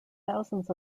thousands